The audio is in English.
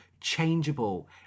changeable